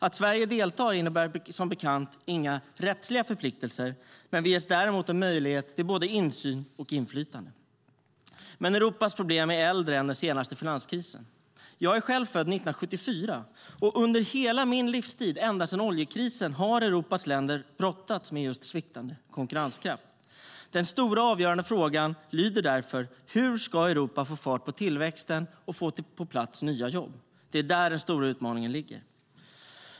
Att Sverige deltar innebär som bekant inga rättsliga förpliktelser, men vi ges däremot en möjlighet till insyn och inflytande. Europas problem är dock äldre än den senaste finanskrisen. Jag är själv född 1974, och under hela min livstid, ända sedan oljekrisen, har Europas länder brottats med sviktande konkurrenskraft. Den stora och avgörande frågan lyder därför: Hur ska Europa få fart på tillväxten och få nya jobb på plats? Det är där den stora utmaningen ligger.